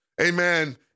amen